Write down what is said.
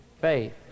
faith